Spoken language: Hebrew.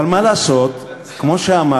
אבל מה לעשות, כמו שאמרתי,